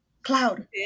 Cloud